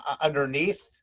underneath